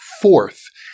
fourth